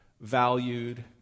valued